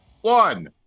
One